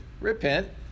repent